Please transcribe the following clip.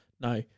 Now